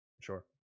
Sure